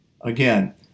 Again